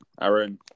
Aaron